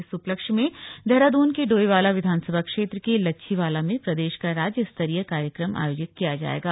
इस उपलक्ष्य में देहरादून के डोईवाला विधानसभा क्षेत्र के लच्छीवाला में प्रदेश का राज्य स्तरीय कार्यक्रम आयोजित किया जायेगा